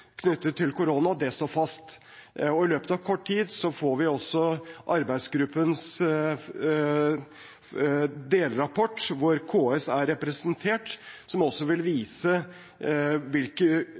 knyttet til korona, står fast. I løpet av kort tid får vi også arbeidsgruppens delrapport – hvor KS er representert – som vil